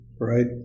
right